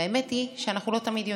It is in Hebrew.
והאמת היא שאנחנו לא תמיד יודעים.